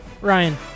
Ryan